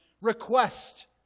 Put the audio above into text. request